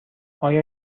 آیا